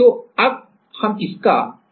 तो अब हम इसका यहाँ उपयोग करेंगे